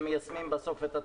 אני אומר את זה גם למשרד: בסוף,